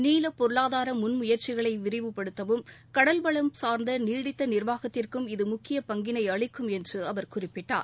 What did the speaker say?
நீல பொருளாதார முன் முயற்சிகளை விரிவுபடுத்தவும் கடல் வளம் சார்ந்த நீடித்த நிா்வாகத்திற்கும் இது முக்கிய பங்கினை அளிக்கும் என்று அவர் குறிப்பிட்டார்